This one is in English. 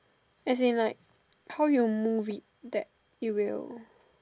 as in like how you move it that it will